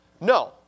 No